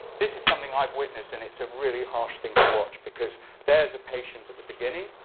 this is something i've witnessed, and it's a really harsh thing to watch because there is a patient at the beginning.